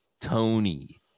Tony